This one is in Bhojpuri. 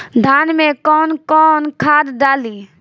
धान में कौन कौनखाद डाली?